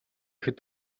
ихэд